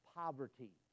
poverty